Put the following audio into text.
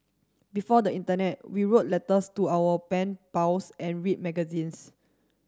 before the internet we wrote letters to our pen pals and read magazines